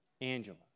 Angela